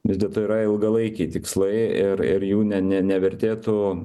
vis dėlto yra ilgalaikiai tikslai ir ir jų ne ne nevertėtų